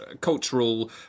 cultural